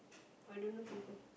I don't love people